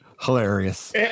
hilarious